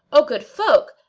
o good folk,